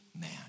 man